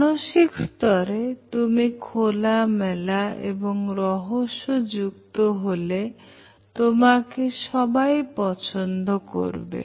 মানসিক স্তরে তুমি খোলামেলা এবং রহস্য যুক্ত হলে তোমাকে সবাই পছন্দ করবে